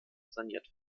saniert